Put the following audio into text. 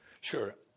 Sure